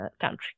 country